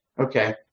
Okay